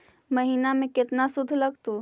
महिना में केतना शुद्ध लगतै?